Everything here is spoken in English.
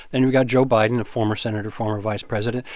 then you've got joe biden, a former senator, former vice president.